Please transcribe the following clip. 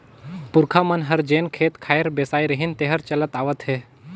पूरखा मन हर जेन खेत खार बेसाय रिहिन तेहर चलत आवत हे